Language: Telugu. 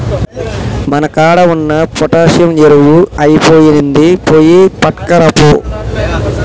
మన కాడ ఉన్న పొటాషియం ఎరువు ఐపొయినింది, పోయి పట్కరాపో